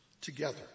together